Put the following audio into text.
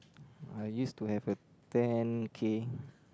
I used to have a ten K